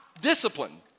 discipline